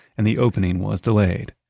and the opening was delayed.